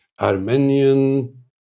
Armenian